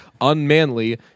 unmanly